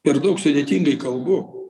per daug sudėtingai kalbu